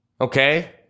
Okay